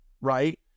right